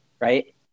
Right